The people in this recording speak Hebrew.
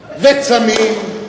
צמים,